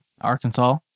Arkansas